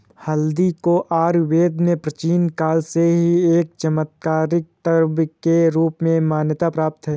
हल्दी को आयुर्वेद में प्राचीन काल से ही एक चमत्कारिक द्रव्य के रूप में मान्यता प्राप्त है